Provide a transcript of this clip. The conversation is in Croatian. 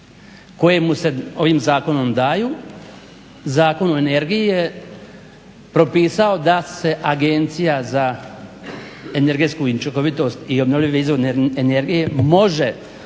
koje mu se ovim zakonom daju Zakon o energiji je propisao da se Agencija za energetsku učinkovitost i obnovljive izvore energije može osnovati,